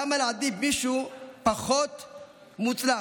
למה להעדיף מישהו פחות מוצלח?